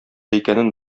икәнен